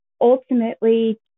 ultimately